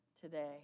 today